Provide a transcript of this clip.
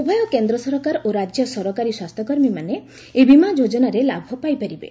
ଉଭୟ କେନ୍ଦ୍ରସରକାର ଓ ରାଜ୍ୟ ସରକାରୀ ସ୍ୱାସ୍ଥ୍ୟକର୍ମୀମାନେ ଏହି ବୀମା ଯୋଜନାରେ ଲାଭ ପାଇପାରିବେ